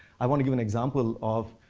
i want to give an example of,